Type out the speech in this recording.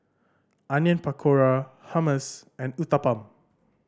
Onion Pakora Hummus and Uthapam